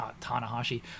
Tanahashi